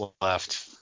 left